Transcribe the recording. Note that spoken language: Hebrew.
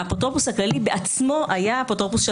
האפוטרופוס הכללי בעצמו היה אפוטרופוס של